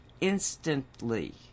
instantly